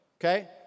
Okay